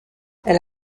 elle